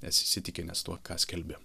nes įsitikinęs tuo ką skelbi